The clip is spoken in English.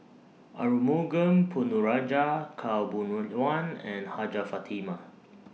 Arumugam Ponnu Rajah Khaw Boon Oh Wan and Hajjah Fatimah